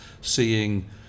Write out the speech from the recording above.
seeing